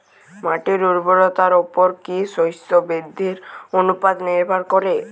মাটির উর্বরতার উপর কী শস্য বৃদ্ধির অনুপাত নির্ভর করে?